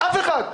אף אחד.